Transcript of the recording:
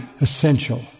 essential